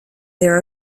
there